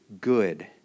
good